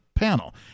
panel